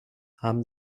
haben